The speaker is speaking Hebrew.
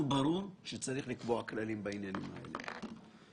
ברור שצריך לקבוע כללים בעניינים האלה.